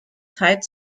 zeit